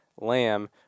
Lamb